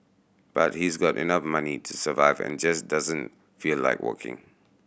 but he's got enough money to survive and just doesn't feel like working